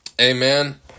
Amen